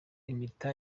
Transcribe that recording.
impeta